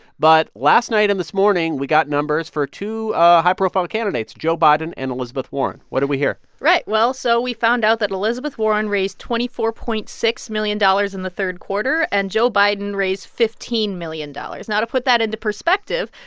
but last night and this morning we got numbers for two high-profile candidates, joe biden and elizabeth warren. what do we hear? right. well, so we found out that elizabeth warren raised twenty four point six million dollars in the third quarter, and joe biden raised fifteen million dollars. now, to put that into perspective,